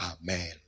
Amen